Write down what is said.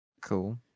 Cool